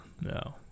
no